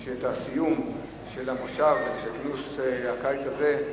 על-פי סעיף 151 לתקנון,